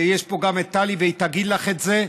יש פה גם את טלי, והיא תגיד לך את זה.